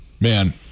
Man